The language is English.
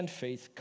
faith